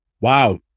Wow